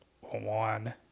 one